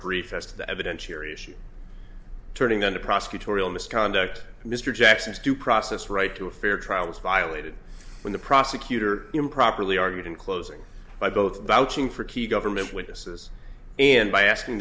brief as to the evidentiary issue turning into prosecutorial misconduct mr jackson's due process right to a fair trial was violated when the prosecutor improperly argued in closing by both vouching for key government witnesses and by asking